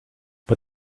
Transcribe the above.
but